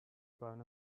blown